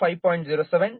24 5